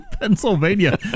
Pennsylvania